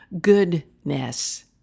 goodness